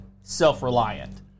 self-reliant